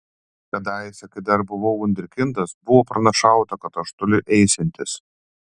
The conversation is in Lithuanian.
kadaise kai dar buvau vunderkindas buvo pranašauta kad aš toli eisiantis